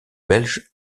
belge